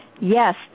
Yes